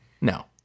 No